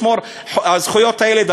לשמור על זכויות הילד,